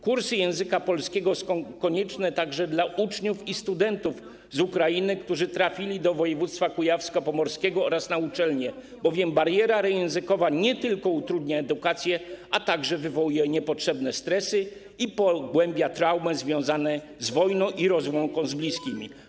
Kursy języka polskiego są konieczne także w przypadku uczniów i studentów z Ukrainy, którzy trafili do województwa kujawsko-pomorskiego na uczelnie, bowiem bariera językowa nie tylko utrudnia edukację, lecz także wywołuje niepotrzebne stresy i pogłębia traumę związaną z wojną i rozłąką z bliskimi.